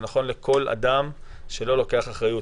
זה נכון לכל אדם שלא לוקח אחריות.